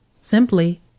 simply